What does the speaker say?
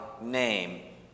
Name